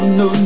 no